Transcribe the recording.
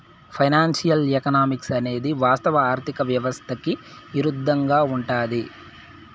financial economics అనేది వాస్తవ ఆర్థిక వ్యవస్థకి ఇరుద్దంగా ఉంటది